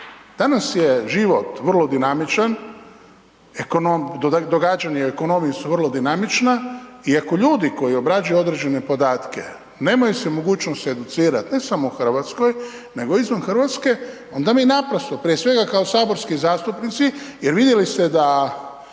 Danas je život vrlo dinamičan, događanja u ekonomiji su vrlo dinamična i ako ljudi koji obrađuju određene podatke nemaju se mogućnosti educirati, ne samo u Hrvatskoj, nego i izvan Hrvatske, onda mi naprosto, prije svega kao saborski zastupnici, jer vidjeli ste da,